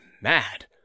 mad